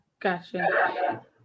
Gotcha